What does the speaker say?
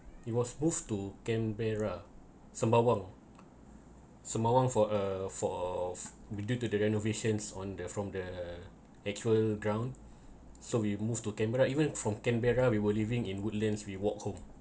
he was moved to canberra sembawang sembawang for a for of be due to the renovations on the from the actual ground so we moved to canberra even from canberra we were living in woodlands we walk home